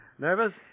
Nervous